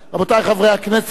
רבותי חברי הכנסת,